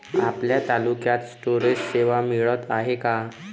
आपल्या तालुक्यात स्टोरेज सेवा मिळत हाये का?